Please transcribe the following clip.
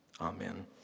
Amen